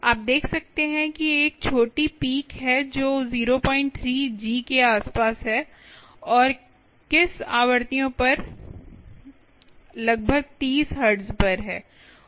आप देख सकते हैं कि एक छोटी पीक है जो 03G के आसपास है और किस आवृत्तियों पर लगभग 30 हर्ट्ज पर हैं